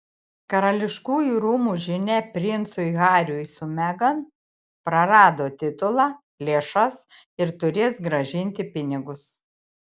karališkųjų rūmų žinia princui hariui su megan prarado titulą lėšas ir turės grąžinti pinigus